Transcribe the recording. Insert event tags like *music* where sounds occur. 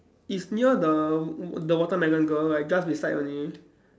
it's near the *noise* the watermelon girl right just beside only